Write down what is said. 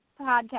podcast